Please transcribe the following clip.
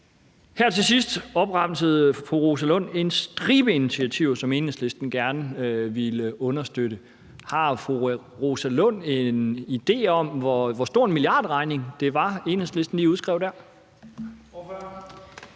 Her til sidst jeg opremsede fru Rosa Lund en stribe initiativer, som Enhedslisten gerne ville understøtte. Har fru Rosa Lund en idé om, hvor stor en milliardregning Enhedslisten lige udskrev der?